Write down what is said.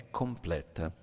completa